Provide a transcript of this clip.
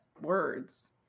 words